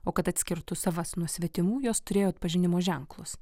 o kad atskirtų savas nuo svetimų jos turėjo atpažinimo ženklus